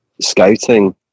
scouting